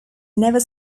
never